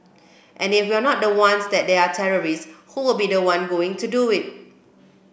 and if we're not the ones and there are terrorists who will be the ones going to do it